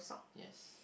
yes